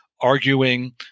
arguing